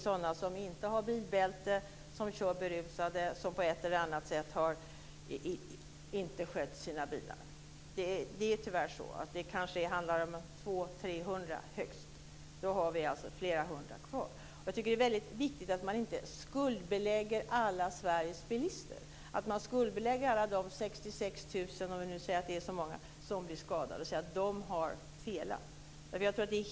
Jag menar att vi måste stävja den utvecklingen. Fru talman! Jag tycker att det känns bra, när vi nu ändå inte har kommit fram ända till nollvisionen, att vi nu begär att en utredning ska titta på frågan om en trafikofferjour. Den skulle kunna hjälpa trafikoffer att bemästra sina trafikolyckor.